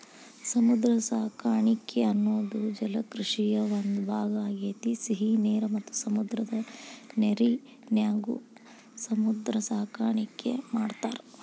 ಸಮುದ್ರ ಸಾಕಾಣಿಕೆ ಅನ್ನೋದು ಜಲಕೃಷಿಯ ಒಂದ್ ಭಾಗ ಆಗೇತಿ, ಸಿಹಿ ನೇರ ಮತ್ತ ಸಮುದ್ರದ ನೇರಿನ್ಯಾಗು ಸಮುದ್ರ ಸಾಕಾಣಿಕೆ ಮಾಡ್ತಾರ